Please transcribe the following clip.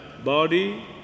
body